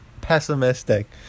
pessimistic